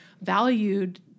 valued